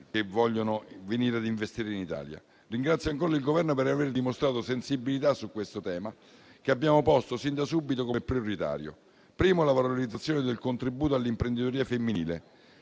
che vogliano venire ad investire in Italia. Ringrazio ancora il Governo per aver dimostrato sensibilità su questi temi, che abbiamo posto sin da subito come prioritari: primo, la valorizzazione del contributo all'imprenditoria femminile;